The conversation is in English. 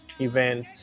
event